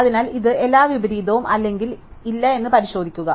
അതിനാൽ ഇത് എല്ലാ വിപരീതവും അതെ അല്ലെങ്കിൽ ഇല്ല എന്ന് പരിശോധിക്കുക